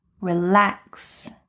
relax